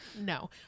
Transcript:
No